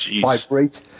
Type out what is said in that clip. vibrate